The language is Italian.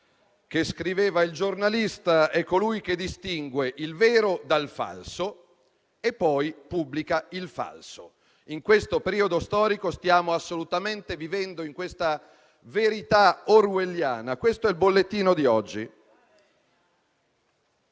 Mark Twain, che scriveva: il giornalista è colui che distingue il vero dal falso e poi pubblica il falso. In questo periodo storico stiamo assolutamente vivendo in questa verità orwelliana. Questo è il bollettino di oggi.